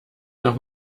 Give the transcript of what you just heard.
noch